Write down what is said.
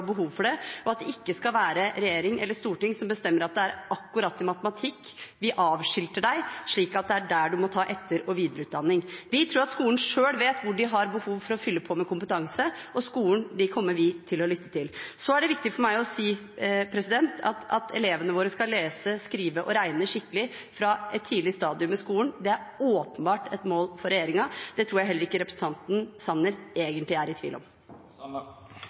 behov for det, og at det ikke skal være regjering eller storting som bestemmer at det er akkurat i matematikk vi avskilter deg, slik at det er der du må ta etter- og videreutdanning. Vi tror at skolen selv vet hvor de har behov for å fylle på med kompetanse, og skolen kommer vi til å lytte til. Så er det viktig for meg å si at elevene våre skal lese, skrive og regne skikkelig fra et tidlig stadium i skolen. Det er åpenbart et mål for regjeringen. Det tror jeg heller ikke representanten Sanner egentlig er i tvil om.